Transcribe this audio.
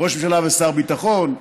ראש ממשלה ושר ביטחון,